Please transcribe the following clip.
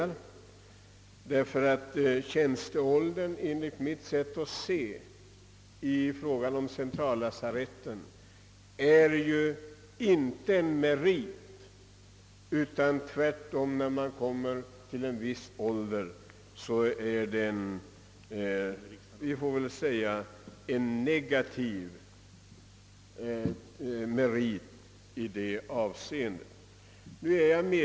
För dem är åldern tvärtom en belastning. Här har alltså statsrådet och jag delade meningar.